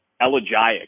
elegiac